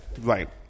Right